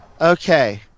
Okay